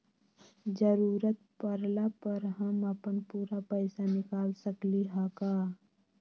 जरूरत परला पर हम अपन पूरा पैसा निकाल सकली ह का?